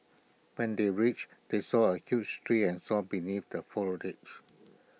when they reached they saw A huge tree and saw beneath the foliage